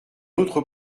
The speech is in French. autre